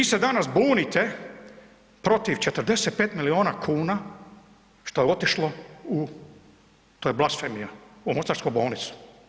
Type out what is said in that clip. Vi se danas bunite protiv 45 milijuna kuna što je otišlo u, to je blasfemija, u mostarsku bolnicu.